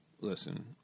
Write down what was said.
Listen